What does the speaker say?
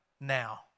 now